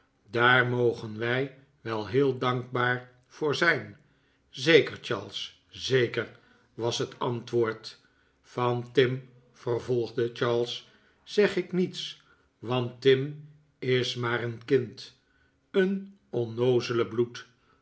daar mogen wij wel heel dankbaar voor zijn zeker charles zeker was het antwoord van tim vervolgde charles zeg ik niets want tim is maar een kind een onnoozele bloed